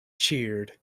cheered